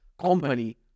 company